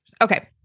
Okay